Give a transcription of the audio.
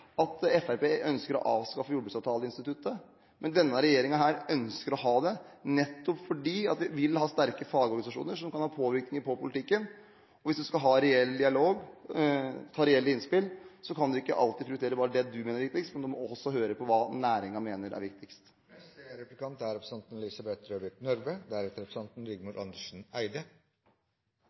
at Fremskrittspartiet ønsker å avskaffe jordbruksavtaleinstituttet, men denne regjeringen ønsker å ha det, nettopp fordi vi vil ha sterke fagorganisasjoner som kan ha påvirkning på politikken. Hvis du skal ha reell dialog, ta reelle innspill, kan du ikke alltid prioritere hva det er du mener er viktigst, du må også høre på hva næringen mener er viktigst. Lerum i Sogn og Fjordane er